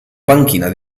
banchina